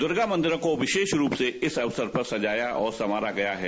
दर्गा मंदिरों को विशेष रूप से इस अवसर पर सजाया और संवारा गया है